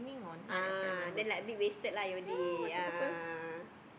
ah then like bit wasted lah your day a'ah